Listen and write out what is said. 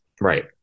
right